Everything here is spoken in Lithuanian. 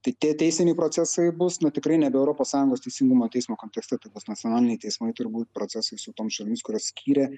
tai tie teisiniai procesai bus na tikrai nebe europos sąjungos teisingumo teismo kontekste tai bus nacionaliniai teismai turbūt procesai su tom šalimis kurios skyrė